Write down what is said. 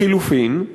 לחלופין,